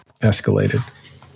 escalated